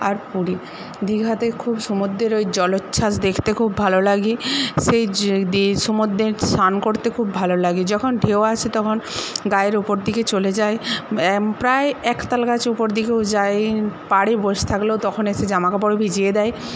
আর পুরী দীঘাতে খুব সমুদ্রের জলোচ্ছ্বাস দেখতে খুব ভালো লাগে এই সমুদ্রতে সান করতে খুব ভালো লাগে যখন ঢেউ আসে তখন গায়ের উপর দিকে চলে যায় তখন প্রায় এক তাল গাছ উপর দিকে যায় পাড়ে বসে থাকলেও তখন এসে জামাকাপড় ভিজিয়ে দেয় ও